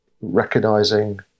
recognizing